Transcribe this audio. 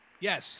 Yes